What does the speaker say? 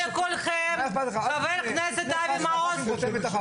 על כל פנים, אני התבקשתי והסכמתי והכנתי והגשתי.